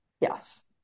Yes